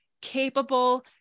capable